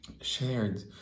shared